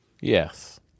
Yes